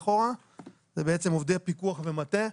זה בעצם עובדי פיקוח ומטה,